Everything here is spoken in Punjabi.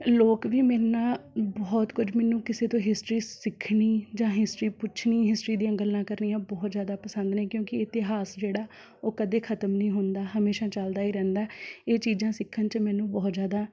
ਲੋਕ ਵੀ ਮੇਰੇ ਨਾਲ ਬਹੁਤ ਕੁਝ ਮੈਨੂੰ ਕਿਸੇ ਤੋਂ ਹਿਸਟਰੀ ਸਿੱਖਣੀ ਜਾਂ ਹਿਸਟਰੀ ਪੁੱਛਣੀ ਹਿਸਟਰੀ ਦੀਆਂ ਗੱਲਾਂ ਕਰਨੀਆਂ ਬਹੁਤ ਜ਼ਿਆਦਾ ਪਸੰਦ ਨੇ ਕਿਉਂਕਿ ਇਤਿਹਾਸ ਜਿਹੜਾ ਉਹ ਕਦੇ ਖ਼ਤਮ ਨਹੀਂ ਹੁੰਦਾ ਹਮੇਸ਼ਾ ਚੱਲਦਾ ਹੀ ਰਹਿੰਦਾ ਹੈ ਇਹ ਚੀਜ਼ਾਂ ਸਿੱਖਣ 'ਚ ਮੈਨੂੰ ਬਹੁਤ ਜ਼ਿਆਦਾ